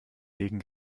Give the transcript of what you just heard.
degen